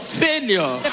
failure